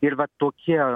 ir va tokie